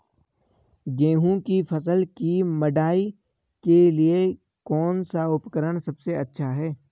गेहूँ की फसल की मड़ाई के लिए कौन सा उपकरण सबसे अच्छा है?